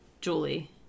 Julie